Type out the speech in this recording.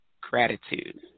gratitude